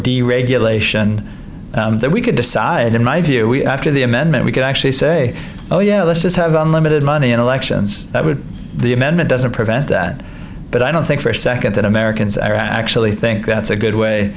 deregulation that we could decide in my view we after the amendment we could actually say oh yeah this is have unlimited money in elections i would the amendment doesn't prevent that but i don't think for a second that americans are actually think that's a good way